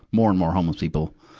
more and more homeless people.